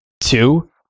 Two